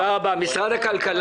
תודה רבה, נעמי ממשרד הכלכלה.